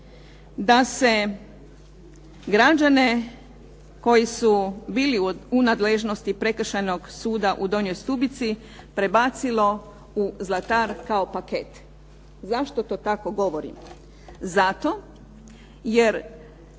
da se građane koji su bili u nadležnosti Prekršajnog suda u Donjoj Stubici prebacilo u Zlatar kao paket. Zašto to tako govorim? Zato jer